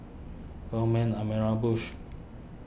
Coleman Amira Bush